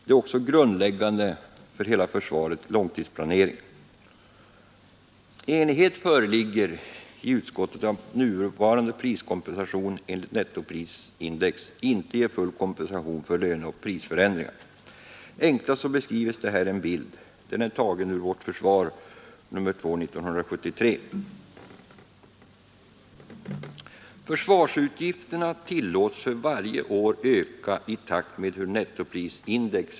Det är också grundläggande för hela försvarets långtidsplanering. Enighet föreligger i utskottet om att nuvarande priskompensation enligt nettoprisindex inte ger full kompensation för löneoch prisförändringar. Enklast beskrivs detta med en bild, som jag nu visar för kammaren på TV-skärmen och som är tagen ur ”Vårt Försvar” nr 2 år 1973. Försvarsutgifterna tillåts för varje år öka i takt med ökningen av nettoprisindex.